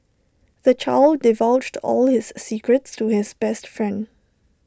the child divulged all his secrets to his best friend